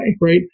right